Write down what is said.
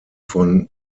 von